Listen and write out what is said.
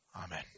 Amen